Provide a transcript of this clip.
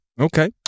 Okay